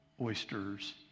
oysters